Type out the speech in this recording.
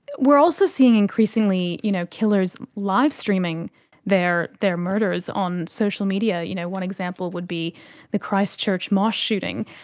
we are also seeing increasingly you know killers live-streaming their their murders on social media. you know one example would be the christchurch mosque shooting.